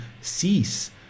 cease